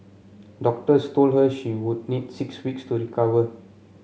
doctors told her she would need six weeks to recover